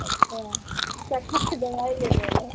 अच्छा चक्कर के दवाई लेने ना